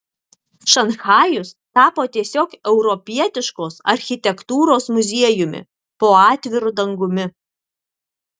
šanchajus tapo tiesiog europietiškos architektūros muziejumi po atviru dangumi